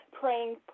praying